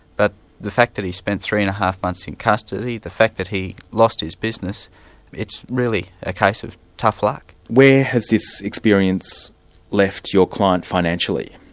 but the fact that he spent three and a half months in custody, the the fact that he lost his business it's really a case of tough luck. where has this experience left your client financially?